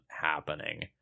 happening